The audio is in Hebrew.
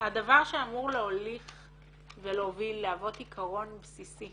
הדבר שאמור להוליך ולהוביל, להוות עיקרון בסיסי